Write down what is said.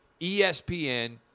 ESPN